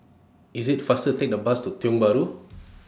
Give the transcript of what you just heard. IT IS faster Take The Bus to Tiong Bahru